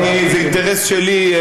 זה אינטרס שלי,